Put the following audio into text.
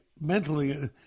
mentally